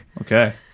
Okay